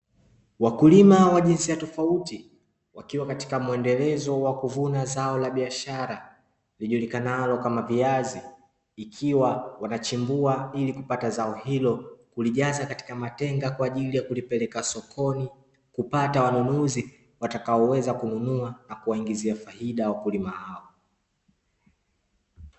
Wakulima wa jinsia tofauti wakiwa katika mwendelezo wa kuvuna zao la biashara lijulikanalo kama viazi, ikiwa wanachimbua ili kupata zao hilo kulijaza katika matenga kwa ajili ya kulipeleka sokoni kupata wanunuzi watakaoweza kununua na kuwaingizia faida wakulima hao.